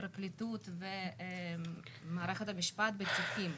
פרקליטות ומערכת המשפט בתיקים.